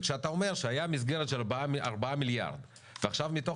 כשאתה אומר שהייתה מסגרת של ארבעה מיליארד ועכשיו מתוך